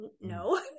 no